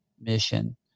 mission